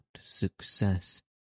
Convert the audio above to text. success